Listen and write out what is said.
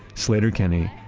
sleater-kinney,